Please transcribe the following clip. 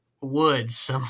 woods